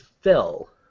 fill